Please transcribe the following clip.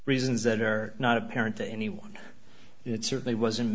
reasons that are not apparent to anyone it certainly wasn't